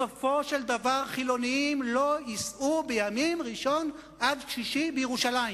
בסופו של דבר חילונים לא ייסעו בימים ראשון עד שישי בירושלים.